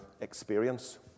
experience